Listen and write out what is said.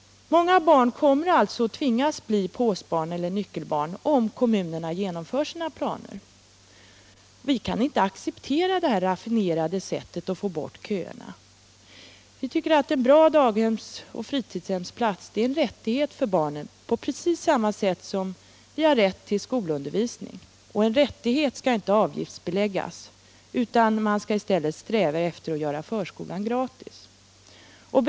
Många barn kommer alltså att tvingas bli påsbarn eller nyckelbarn om kommunerna genomför sina planer. Vi kan inte acceptera detta raffinerade sätt att få bort köerna. En bra daghemsoch fritidshemsplats är en rättighet för barnen på precis samma sätt som de har rätt till skolundervisning. En rättighet skall inte avgiftsbeläggas, utan man skall i stället sträva efter att göra förskolan helt gratis.